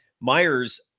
Myers